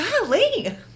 golly